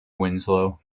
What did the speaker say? winslow